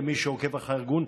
למי שעוקב אחר הארגון?